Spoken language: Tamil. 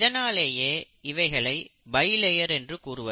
இதனாலேயே இவைகளை பைலேயர் என்று கூறுவர்